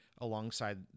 alongside